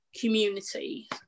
community